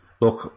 look